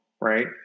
Right